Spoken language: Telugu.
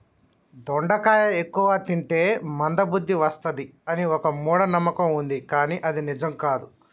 దొండకాయ ఎక్కువ తింటే మంద బుద్ది వస్తది అని ఒక మూఢ నమ్మకం వుంది కానీ అది నిజం కాదు